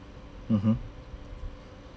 mmhmm